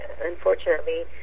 unfortunately